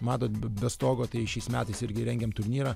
matot be stogo tai šiais metais irgi rengiam turnyrą